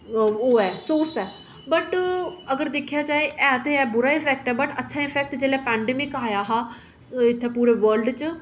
ओह् ऐ सोर्स ऐ बट अगर दिक्खेआ जा ते बुरा गै इम्पैक्ट ऐ बट अच्छा इम्पैक्ट जेल्लै एपिडमिक आया हा इत्थै पूरे वलर्ड च